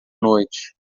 noite